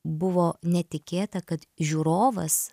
buvo netikėta kad žiūrovas